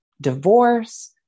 divorce